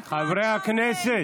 חברי הכנסת.